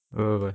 err berapa